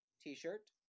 t-shirt